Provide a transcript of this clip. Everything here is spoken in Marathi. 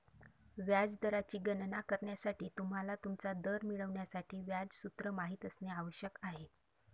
व्याज दराची गणना करण्यासाठी, तुम्हाला तुमचा दर मिळवण्यासाठी व्याज सूत्र माहित असणे आवश्यक आहे